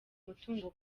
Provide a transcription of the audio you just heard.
mutungo